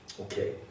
Okay